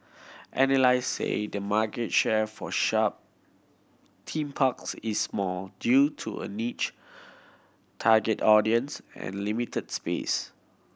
analyst say the market share for shut team parks is small due to a niche target audience and limited space